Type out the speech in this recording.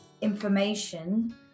information